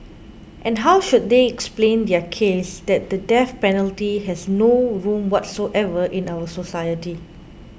and how should they explain their case that the death penalty has no room whatsoever in our society